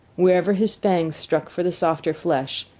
wherever his fangs struck for the softer flesh,